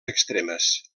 extremes